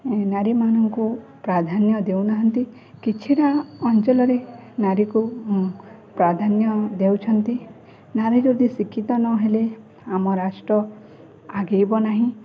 ନାରୀମାନଙ୍କୁ ପ୍ରାଧାନ୍ୟ ଦେଉନାହାନ୍ତି କିଛିଟା ଅଞ୍ଚଳରେ ନାରୀକୁ ପ୍ରାଧାନ୍ୟ ଦେଉଛନ୍ତି ନାରୀ ଯଦି ଶିକ୍ଷିତ ନହେଲେ ଆମ ରାଷ୍ଟ୍ର ଆଗେଇବ ନାହିଁ